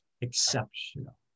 exceptional